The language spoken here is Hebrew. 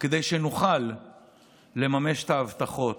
כדי שנוכל לממש את ההבטחות?